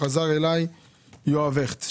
וחזר אליי יואב הכט,